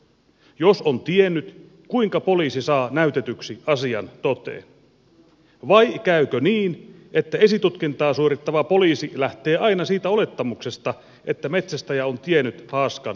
jos on tiennyt kuinka poliisi saa näytetyksi asian toteen vai käykö niin että esitutkintaa suorittava poliisi lähtee aina siitä olettamuksesta että metsästäjä on tiennyt haaskan olemassaolosta